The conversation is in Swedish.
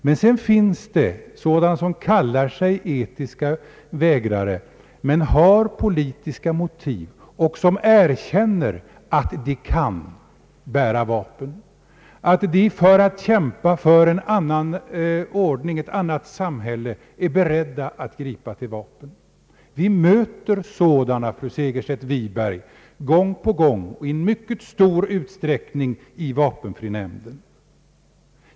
Men sedan finns det sådana som kallar sig etiska vägrare men har politiska motiv och som erkänner att de kan bära vapen — att de för att kämpa för en annan ordning, ett annat samhälle, är beredda att gripa till vapen. Vi möter sådana, fru Segerstedt Wiberg, gång på gång och i mycket stor utsträckning i vapenfrinämnden.